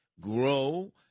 grow